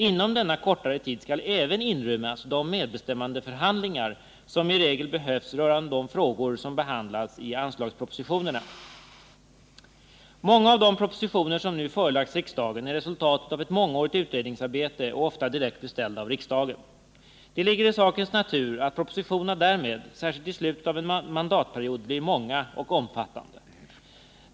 Inom denna kortare tid skall även inrymmas de medbestämmandeförhandlingar som i regel behövs rörande de frågor som behandlas i anslagspropositionerna. Många av de propositioner som nu förelagts riksdagen är resultatet av ett mångårigt utredningsarbete och ofta direkt beställda av riksdagen. Det ligger i sakens natur att propositionerna därmed, särskilt i slutet av en mandatperiod, blir många och omfattande.